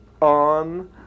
on